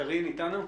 קארין איתנו?